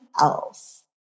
else